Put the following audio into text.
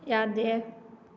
ꯌꯥꯗꯦ